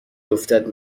افتد